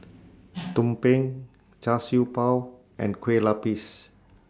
Tumpeng Char Siew Bao and Kueh Lupis